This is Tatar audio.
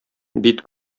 бит